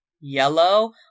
Yellow